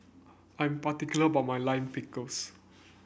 I'm particular about my Lime Pickles